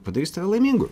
padarys tave laimingu